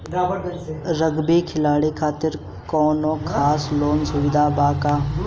Rugby खिलाड़ी खातिर कौनो खास लोन सुविधा बा का?